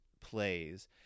plays